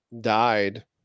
died